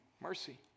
mercy